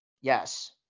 Yes